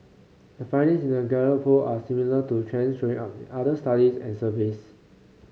the findings in the Gallup poll are similar to trends showing up in other studies and surveys